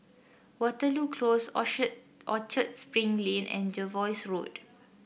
Waterloo Close Orchard Spring Lane and Jervois Road